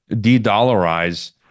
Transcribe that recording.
de-dollarize